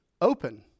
open